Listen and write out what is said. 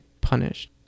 punished